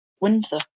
winter